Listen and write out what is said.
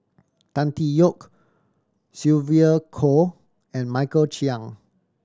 Tan Tee Yoke Sylvia Kho and Michael Chiang